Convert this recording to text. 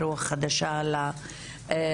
רוח חדשה לרשות,